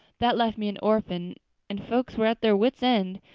that left me an orphan and folks were at their wits' end,